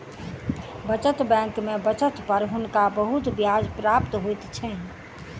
बचत बैंक में बचत पर हुनका बहुत ब्याज प्राप्त होइ छैन